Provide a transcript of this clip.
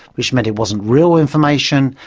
which meant it wasn't real information,